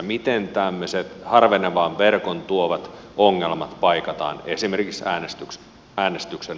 miten tämmöiset harvenevan verkon tuomat ongelmat paikataan esimerkiksi äänestyksessä